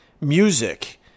music